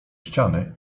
ściany